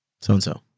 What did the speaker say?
So-and-so